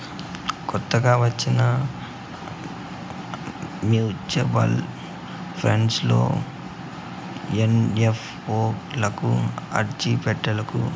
కొత్తగా వచ్చిన mutual funds లో ఓ ఎన్.ఎఫ్.ఓ లకు అర్జీ పెట్టల్ల